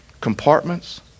compartments